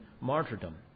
martyrdom